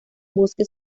bosques